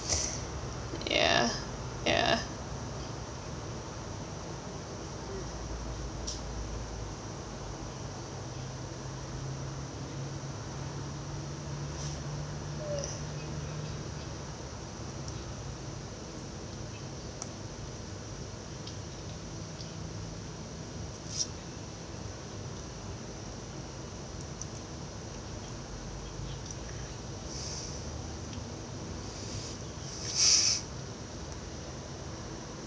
ya ya